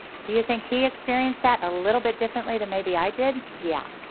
do you think he experienced that a little bit differently than maybe i did, yeah.